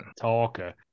talker